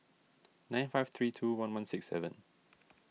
nine five three two one one six seven